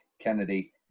Kennedy